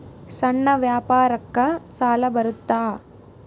ಸಣ್ಣ ವ್ಯಾಪಾರಕ್ಕ ಸಾಲ ಬರುತ್ತಾ?